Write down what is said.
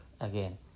again